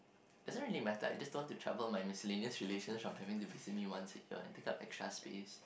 doesn't really matter I just don't want to trouble my miscellaneous relations from having to visit me once a year and take up extra space